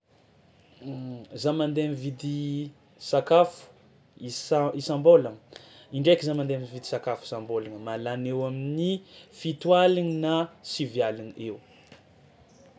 Za mandeha mividy sakafo isa- isam-bôlagna indraiky za mandeha mividy sakafo isam-bôlagna, mahalany eo amin'ny fito aligny na sivy aligny eo.